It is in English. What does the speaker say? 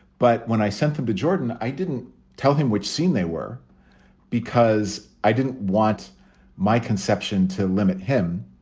but when i sent them to jordan, i didn't tell him which scene they were because i didn't want my conception to limit him.